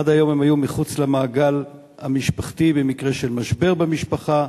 עד היום הם היו מחוץ למעגל המשפחתי במקרה של משבר במשפחה,